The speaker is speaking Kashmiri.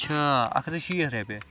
اچھا اکھ ہَتھ تہٕ شیٹھ رۄپیہِ